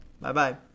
Bye-bye